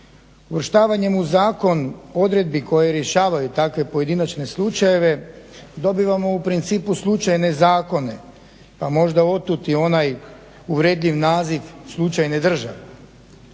Uvrštavanjem u zakon odredbi koje rješavaju takve pojedinačne slučajeve dobivamo u principu slučajne zakone, pa možda otud i onaj uvredljiv naziv slučajne države.